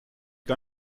gar